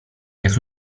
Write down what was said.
jak